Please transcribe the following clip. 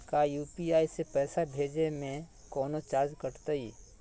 का यू.पी.आई से पैसा भेजे में कौनो चार्ज कटतई?